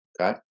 Okay